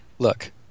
Look